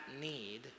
need